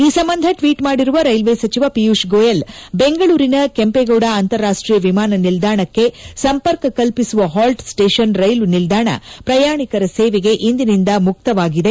ಈ ಸಂಬಂಧ ಟ್ವೀಟ್ ಮಾಡಿರುವ ರೈಲ್ವೆ ಸಚಿವ ಪಿಯೂಶ್ ಗೋಯಲ್ ಬೆಂಗಳೂರಿನ ಕೆಂಪೇಗೌಡ ಅಂತಾರಾಷ್ಟೀಯ ವಿಮಾನ ನಿಲ್ದಾಣಕ್ಕೆ ಸಂಪರ್ಕ ಕಲ್ಪಿಸುವ ಹಾಲ್ಟ್ ಸ್ಟೇಷನ್ ರೈಲು ನಿಲ್ದಾಣ ಪ್ರಯಾಣಿಕರ ಸೇವೆಗೆ ಇಂದಿನಿಂದ ಮುಕ್ತವಾಗಿದೆ